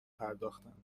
پرداختند